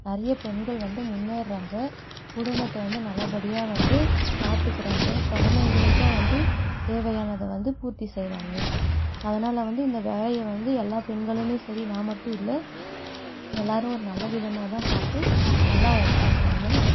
நிறைய பெண்கள் வந்து முன்னேறுறாங்க குடும்பத்தை வந்து நல்லபடியாக வந்து பார்த்துக்கறாங்க குழந்தைங்களுக்கும் வந்து தேவையானதை வந்து பூர்த்தி செய்கிறாங்க அதனால் வந்து இந்த வேலைய வந்து எல்லா பெண்களுமே சரி நான் மட்டும் இல்லை எல்லாரும் ஒரு நல்ல விதமாக தான் பார்த்து நல்லா ஒர்க் பண்ணுறாங்க